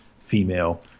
female